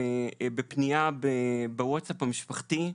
ובפנייה בווטסאפ המשפחתי,